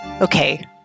okay